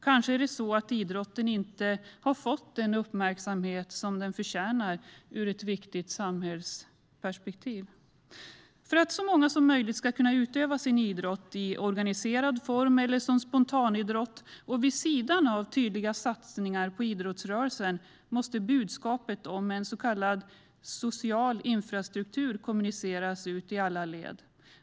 Kanske är det så att idrotten inte har fått den uppmärksamhet som den förtjänar ur ett viktigt samhällsperspektiv. För att så många som möjligt ska kunna utöva sin idrott i organiserad form eller som spontanidrott och vid sidan av tydliga satsningar på idrottsrörelsen måste budskapet om en så kallad social infrastruktur kommuniceras ut i alla led.